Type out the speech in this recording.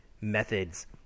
methods